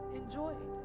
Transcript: enjoyed